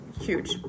Huge